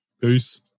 Peace